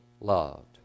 loved